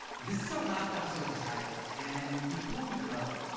this is our last episode of the cycle, and before we go,